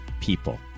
people